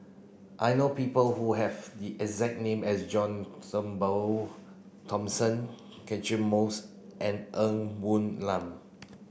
I know people who have the exact name as John Turnbull Thomson Catchick Moses and Ng Woon Lam